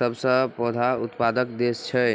सबसं पैघ उत्पादक देश छै